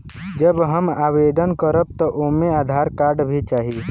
जब हम आवेदन करब त ओमे आधार कार्ड भी चाही?